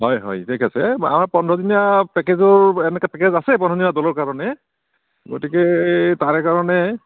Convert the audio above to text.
হয় হয় ঠিক আছে মাহত পোন্ধৰদিনীয়া পেকেজো এনেকুৱা পেকেজ আছে পোন্ধৰজনীয়া দলৰ কাৰণে গতিকে তাৰ কাৰণে